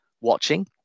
watching